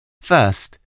First